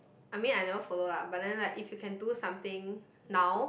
I mean I never follow lah but then like if you can do something now